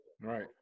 Right